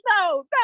no